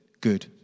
good